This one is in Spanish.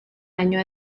año